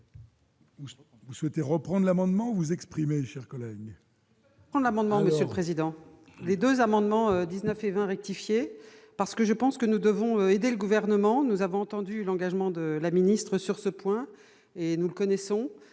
vous souhaitez reprend de l'amendement, vous exprimer sur Cologne. Son amendement, Monsieur le Président, les 2 amendements 19 et 20 rectifier parce que je pense que nous devons aider le gouvernement nous avons entendu l'engagement de la ministre sur ce point et nous connaissons,